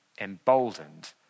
emboldened